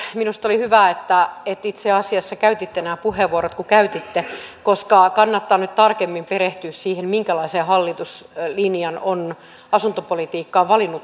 minusta oli hyvä että itse asiassa käytitte nämä puheenvuorot niin kuin käytitte koska kannattaa nyt tarkemmin perehtyä siihen minkälaisen hallituslinjan asuntopolitiikkaan on tämä hallitus valinnut